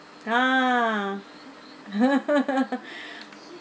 ah